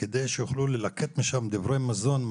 כדי שיוכלו ללקט משם דברי מזון?